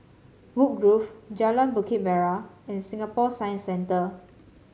Woodgrove Jalan Bukit Merah and Singapore Science Centre